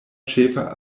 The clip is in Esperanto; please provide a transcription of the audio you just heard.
ĉefa